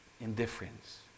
Indifference